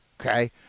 Okay